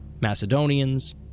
Macedonians